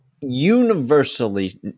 universally